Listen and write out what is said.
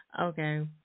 Okay